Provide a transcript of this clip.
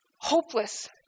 hopeless